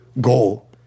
goal